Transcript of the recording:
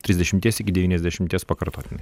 trisdešimties iki devyniasdešimties pakartotinai